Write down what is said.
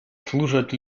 служат